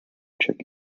check